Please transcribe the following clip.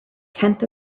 tenth